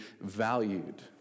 valued